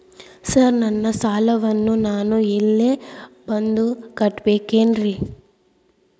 Sir ನನ್ನ ಸಾಲವನ್ನು ನಾನು ಇಲ್ಲೇ ಬಂದು ಕಟ್ಟಬೇಕೇನ್ರಿ?